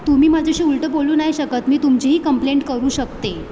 तुम्ही माझ्याशी उलटं बोलू नाही शकत मी तुमचीही कंप्लेंट करू शकते